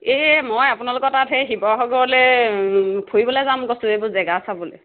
এই মই আপোনালোকৰ তাত সেই শিৱসাগৰলৈ ফুৰিবলৈ যাম কৈছিলোঁ এইবোৰ জেগা চাবলৈ